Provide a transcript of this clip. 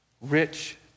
rich